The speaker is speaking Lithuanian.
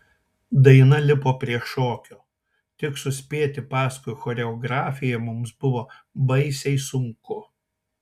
daina lipo prie šokio tik suspėti paskui choreografiją mums buvo baisiai sunku